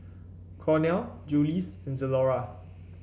Cornell Julie's and Zalora